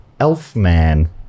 Elfman